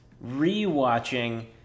re-watching